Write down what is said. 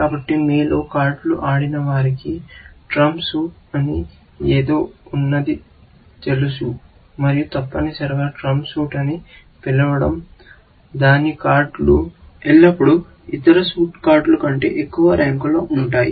కాబట్టి మీలో కార్డులు ఆడిన వారికి ట్రంప్ సూట్ అని ఏదో ఉందని తెలుసు మరియు తప్పనిసరిగా ట్రంప్ సూట్ అని పిలవడం దాని కార్డులు ఎల్లప్పుడూ ఇతర సూట్ కార్డుల కంటే ఎక్కువ ర్యాంక్లో ఉంటాయి